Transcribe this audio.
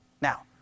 Now